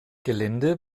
gelände